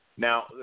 Now